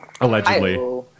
allegedly